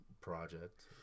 project